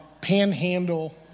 panhandle